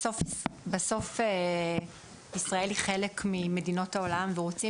בסוף ישראל היא חלק ממדינות העולם ורוצים